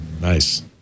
Nice